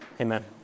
Amen